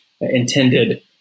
intended